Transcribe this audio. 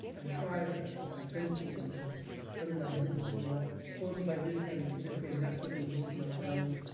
i try, but i i tend to think i'm butting my head against the wall. forums like this kind of convince me i'm not totally wasting my time.